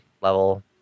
level